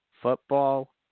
Football